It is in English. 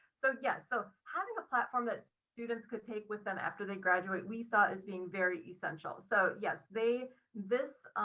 so yes, so having a platform that students could take with them after they graduate we saw as being very essential, so yes, they this,